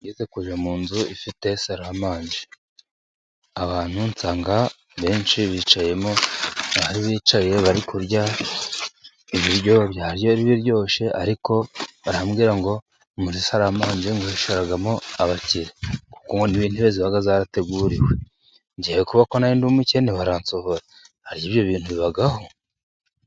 Nigeze kujya mu nzu ifite saramanje, abantu nsanga benshi bicayemo bari bicaye bari kurya ibiryo byari biryoshye ,ariko barambwira ngo murisaramanje hicaramo abakire kuko ni bo intebe ziba zarateguriwe ,ngewe kubera ko nari ndi umukene baransohora, harya ibyo bintu bibaho?